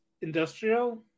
industrial